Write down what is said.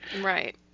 Right